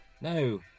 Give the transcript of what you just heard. No